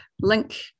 link